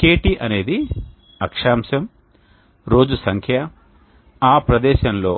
KT అనేది అక్షాంశం రోజు సంఖ్య ఆ ప్రదేశంలో